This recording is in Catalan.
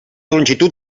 longitud